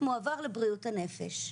מועבר לבריאות הנפש,